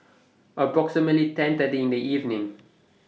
approximately ten thirty in The evening